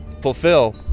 fulfill